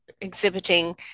exhibiting